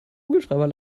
kugelschreiber